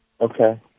Okay